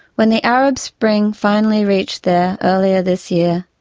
when the arab spring finally reached there, earlier this year,